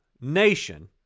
nation